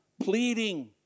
pleading